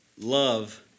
Love